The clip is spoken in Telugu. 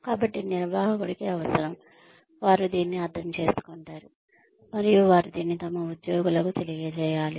కాబట్టి నిర్వాహకుడికి అవసరం వారు దీన్ని అర్థం చేసుకుంటారు మరియు వారు దీన్ని తమ ఉద్యోగులకు తెలియజేయాలి